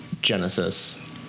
Genesis